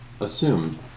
assumed